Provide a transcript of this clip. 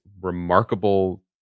remarkable